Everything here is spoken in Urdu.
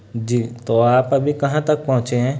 جی تو آپ ابھی کہاں تک پہنچیں ہیں